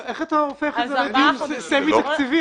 יואל, איך אתה הופך את זה לדיון סמי תקציבי?